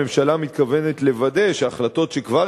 הממשלה מתכוונת לוודא שהחלטות שכבר